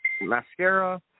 Mascara